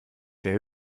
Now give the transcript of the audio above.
wer